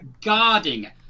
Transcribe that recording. guarding